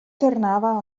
tornava